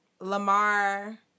Lamar